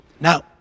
Now